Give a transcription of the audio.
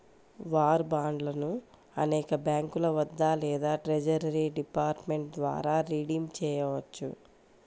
war బాండ్లను అనేక బ్యాంకుల వద్ద లేదా ట్రెజరీ డిపార్ట్మెంట్ ద్వారా రిడీమ్ చేయవచ్చు